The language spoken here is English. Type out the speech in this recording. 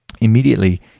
immediately